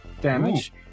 damage